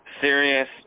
serious